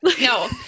No